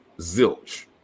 zilch